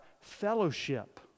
fellowship